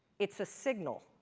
it's a signal.